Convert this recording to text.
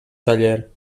taller